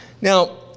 Now